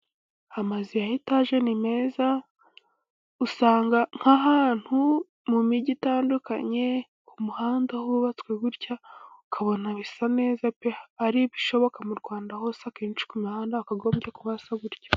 Amazu ya etaje ni meza, usanga nk'ahantu mu migi itandukanye, ku muhanda hubatswe gutya, ukabona bisa neza, ari ibishoboka mu Rwanda hose, akenshi ku mihanda hakagombye kuba hasa gutyo.